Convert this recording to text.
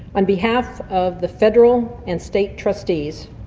on behalf of the federal and state trustees,